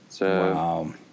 Wow